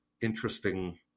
interesting